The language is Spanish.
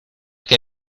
que